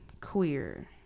queer